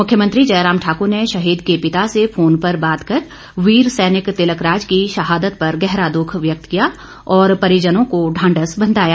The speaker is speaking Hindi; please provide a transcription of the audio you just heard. मुख्यमंत्री जयराम ठाकुर ने शहीद के पिता से फोन पर बात कर वीर सैनिक तिलक राज की शहादत पर गहरा दुःख व्यक्त किया और परिजनों को ढांढस बंधाया